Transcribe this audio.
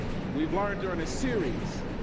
we've learned during a series